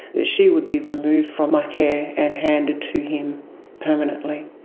then she would be removed from my care, and handed to him permanently.